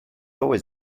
always